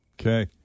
Okay